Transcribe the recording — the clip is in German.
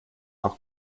auch